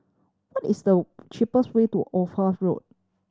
what is the cheapest way to Ophir Road